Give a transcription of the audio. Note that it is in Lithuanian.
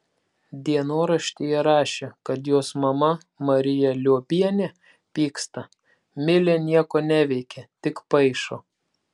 dienoraštyje rašė kad jos mama marija liobienė pyksta milė nieko neveikia tik paišo